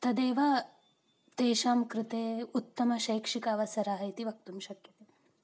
तदेव तेषां कृते उत्तमशैक्षिकः अवसरः इति वक्तुं शक्यते